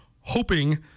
hoping –